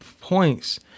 points